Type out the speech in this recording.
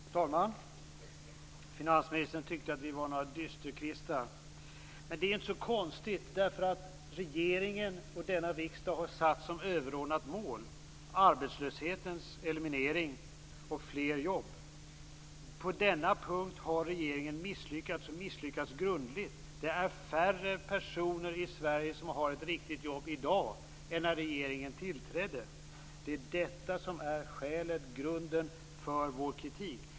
Fru talman! Finansministern tyckte att vi var några dysterkvistar. Men det är inte så konstigt. Regeringen och denna riksdag har satt som överordnat mål arbetslöshetens eliminering och fler jobb. På denna punkt har regeringen misslyckats och misslyckats grundligt. Det är färre personer i Sverige som har ett riktigt jobb i dag än när regeringen tillträdde. Det är detta som är grunden för vår kritik.